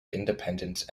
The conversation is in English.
independence